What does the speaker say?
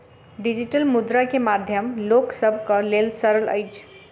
digital मुद्रा के माध्यम लोक सभक लेल सरल अछि